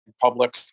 public